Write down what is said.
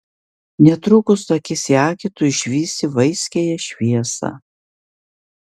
netrukus akis į akį tu išvysi vaiskiąją šviesą